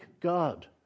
God